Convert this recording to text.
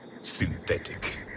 Synthetic